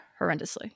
horrendously